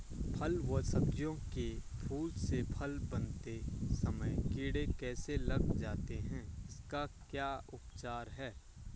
फ़ल व सब्जियों के फूल से फल बनते समय कीड़े कैसे लग जाते हैं इसका क्या उपचार है?